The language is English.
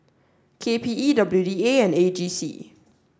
KPE WDA and AGC